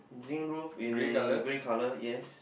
zinc roof in grey colour yes